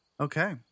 Okay